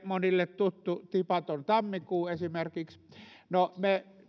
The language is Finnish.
monille suomalaisille tuttu tipaton tammikuu esimerkiksi no me